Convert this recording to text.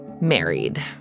Married